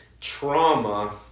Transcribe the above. trauma